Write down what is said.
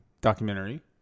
Documentary